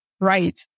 right